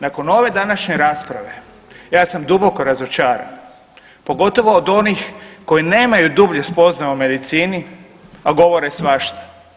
Nakon ove današnje rasprave ja sam duboko razočaran, pogotovo od onih koje nemaju dublje spoznaje o medicini, a govore svašta.